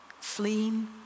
Fleeing